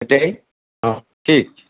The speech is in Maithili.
हेतय हँ ठीक छै